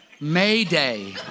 Mayday